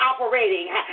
operating